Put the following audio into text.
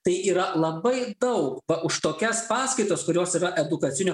tai yra labai daug už tokias paskaitas kurios yra edukacinio